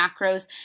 macros